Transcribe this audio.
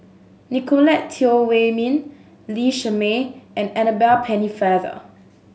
Nicolette Teo Wei Min Lee Shermay and Annabel Pennefather